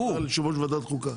יושב ראש ועדת חוקה.